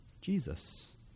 Jesus